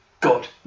God